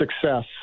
success